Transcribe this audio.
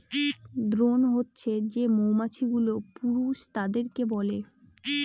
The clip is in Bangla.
দ্রোন হছে যে মৌমাছি গুলো পুরুষ তাদেরকে বলে